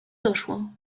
doszło